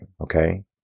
okay